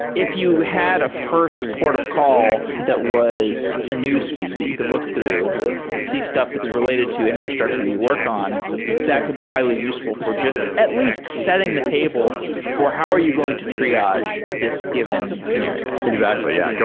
if you had a first port of call that was a newsfeed the you could look through to see stuff that's related to infrastructure that you work on, that could be highly useful for just at least setting the table for how are you going to triage this given scenario exactly. yeah.